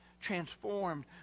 transformed